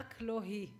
רק לא היא.